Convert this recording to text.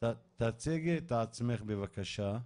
תציגי את עצמך בבקשה.